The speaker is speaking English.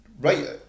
Right